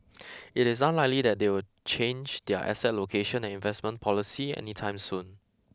it is unlikely that they will change their asset allocation and investment policy any time soon